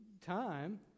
time